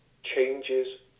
changes